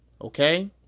Okay